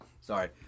Sorry